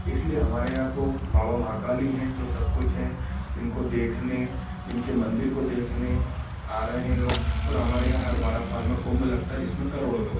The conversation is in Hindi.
इसलिए हमारे यहाँ तो बावा महाकाल ही हैं जो सब कुछ हैं जिनको देखने इनके मंदिर को देखने आ रहे हैं लोग और हमारे यहाँ हर बारह साल में कुंभ लगता जिसमें करोड़ों लोग आ